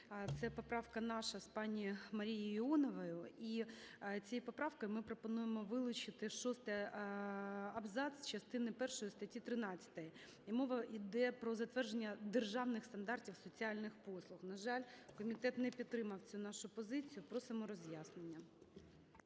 це поправка наша з пані Марією Іоновою, і цією поправкою ми пропонуємо вилучити шостий абзац частини першої статті 13. І мова йде про затвердження державних стандартів соціальних послуг. На жаль, комітет не підтримав цю нашу позицію. Просимо роз'яснення.